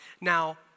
Now